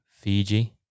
fiji